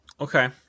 okay